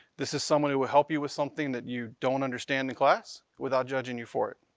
this is someone who will help you with something that you don't understand in class without judging you for it.